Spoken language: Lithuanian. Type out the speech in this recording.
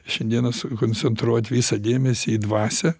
šiandieną sukoncentruot visą dėmesį į dvasią